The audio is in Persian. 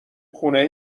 خونه